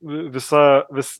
visa vis